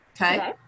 Okay